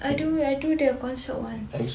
I do I do their concert once